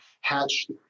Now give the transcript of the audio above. hatched